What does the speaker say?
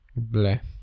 Bleh